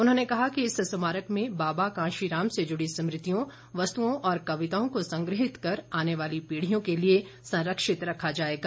उन्होंने कहा कि इस स्मारक में बाबा कांशीराम से जुड़ी स्मृतियों वस्तुओं और कविताओं को संग्रहित कर आने वाली पीढ़ियों के लिए संरक्षित रखा जाएगा